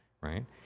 Right